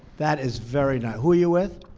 that is very nice. who are you with?